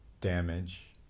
damage